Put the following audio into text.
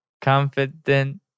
Confident